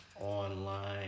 online